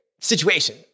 situation